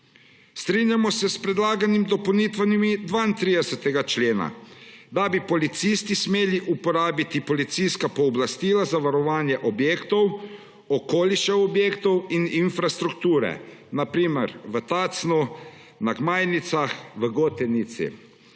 Strinjamo se s predlaganimi dopolnitvami 32. člena, da bi policisti smeli uporabiti policijska pooblastila za varovanje objektov, okolišev objektov in infrastrukture. Na primer v Tacnu, na Gmajnicah, v Gotenici,